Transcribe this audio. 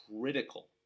critical